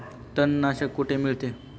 तणनाशक कुठे मिळते?